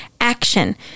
action